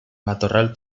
matorral